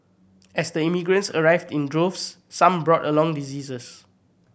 as the immigrants arrived in droves some brought along diseases